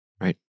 Right